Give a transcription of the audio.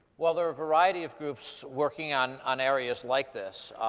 well, there are a variety of groups working on on areas like this.